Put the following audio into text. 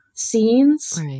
Scenes